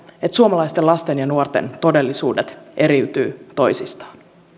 että suomalaisten lasten ja nuorten todellisuudet eriytyvät toisistaan